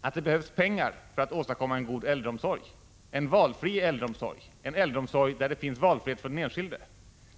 att det behövs pengar för att åstadkomma en god äldreomsorg, en valfri äldreomsorg, en äldreomsorg där det finns valfrihet för den enskilde.